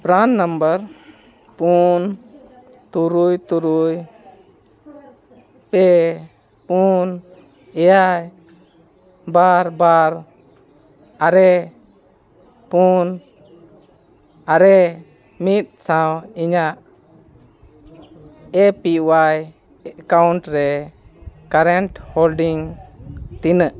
ᱯᱨᱟᱱ number ᱯᱩᱱ ᱛᱩᱨᱩᱭ ᱛᱩᱨᱩᱭ ᱯᱮ ᱯᱩᱱ ᱮᱭᱟᱭ ᱵᱟᱨ ᱵᱟᱨ ᱟᱨᱮ ᱯᱩᱱ ᱟᱨᱮ ᱢᱤᱫ ᱥᱟᱶ ᱤᱧᱟᱹᱜ ᱮ ᱯᱤ ᱚᱣᱟᱭ ᱮᱠᱟᱣᱩᱱᱴ ᱨᱮ ᱠᱟᱨᱮᱱᱴ ᱦᱳᱞᱰᱤᱝ ᱛᱤᱱᱟᱹᱜ